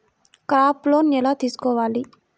Crop loan ఎలా తీసుకోవాలి?